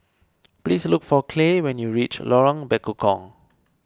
please look for Clay when you reach Lorong Bekukong